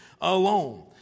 alone